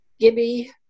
Gibby